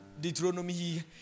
Deuteronomy